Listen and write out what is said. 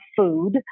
food